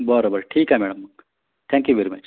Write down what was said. बरं बरं ठीक आहे मॅडम थँक्यू वेरी मच